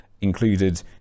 included